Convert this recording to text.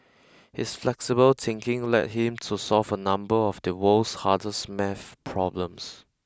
his flexible thinking led him to solve a number of the world's hardest math problems